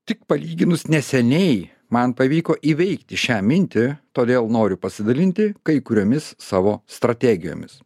tik palyginus neseniai man pavyko įveikti šią mintį todėl noriu pasidalinti kai kuriomis savo strategijomis